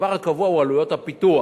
הדבר הקבוע הוא עלויות הפיתוח.